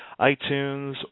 iTunes